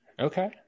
okay